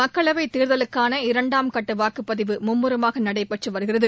மக்களவைதேர்தலுக்கான இரண்டாம் கட்டவாக்குபதிவு மும்மரமாகநடைபெற்றுவருகிறது